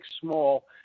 Small